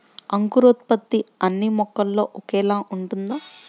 అంకురోత్పత్తి అన్నీ మొక్కలో ఒకేలా ఉంటుందా?